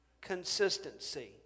Consistency